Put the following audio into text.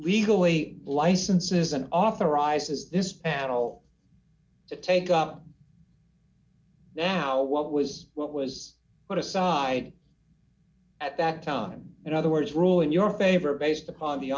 legally license isn't authorizes this panel to take up now what was what was what aside at that time in other words rule in your favor based upon the